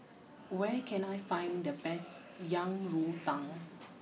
where can I find the best Yang you Tang